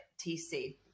TC